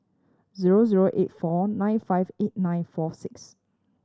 zero zero eight four nine five eight nine four six